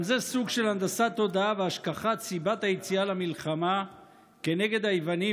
גם זה סוג של הנדסת תודעה והשכחת סיבת היציאה למלחמה נגד היוונים,